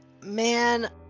Man